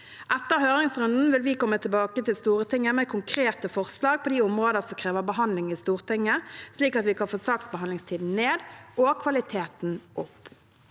Etter høringsrunden vil vi komme tilbake til Stortinget med konkrete forslag på de områder som krever behandling i Stortinget, slik at vi kan få saksbehandlingstiden ned og kvaliteten opp.